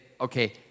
okay